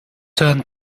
turned